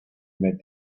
met